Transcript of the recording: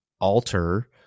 alter